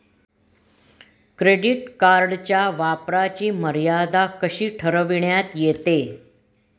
Credit कार्डच्या वापराची मर्यादा कशी ठरविण्यात येते?